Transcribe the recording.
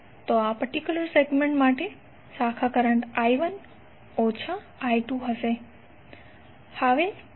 તો આ particular segment માટે શાખા કરંટ I1 ઓછા I2 હશે